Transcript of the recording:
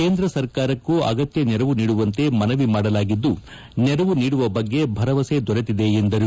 ಕೇಂದ್ರ ಸರ್ಕಾರಕ್ಕೂ ಅಗತ್ಯ ನೆರವು ನೀಡುವಂತೆ ಮನವಿ ಮಾಡಲಾಗಿದ್ದು ನೆರವು ನೀಡುವ ಬಗ್ಗೆ ಭರವಸೆ ದೊರೆತಿದೆ ಎಂದರು